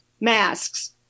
masks